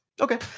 okay